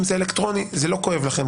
אם זאת חובה אלקטרונית זה לא כואב לכם,